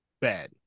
Bad